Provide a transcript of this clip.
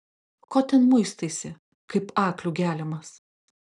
ko ten muistaisi kaip aklių geliamas